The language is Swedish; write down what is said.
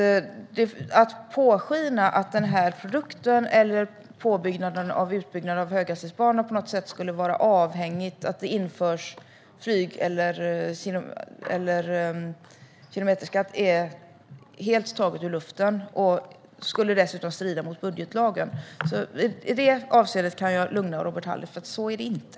Robert Halef påskiner att den här produkten och utbyggnaden av höghastighetsbanor på något sätt skulle vara avhängiga av att det införs flygskatt eller kilometerskatt. Det är helt taget ur luften, och det skulle dessutom strida mot budgetlagen. I det avseendet kan jag lugna Robert Halef. Så är det inte.